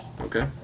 Okay